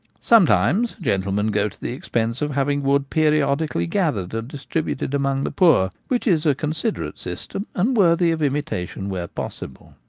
sometimes gentlemen go to the expense of having wood periodically gathered and dis tributed among the poor, which is a considerate system and worthy of imitation where possible.